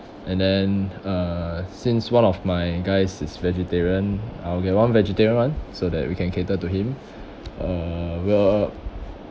and then uh since one of my guys is vegetarian I'll get one vegetarian [one] so that we can cater to him uh we'll